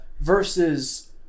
versus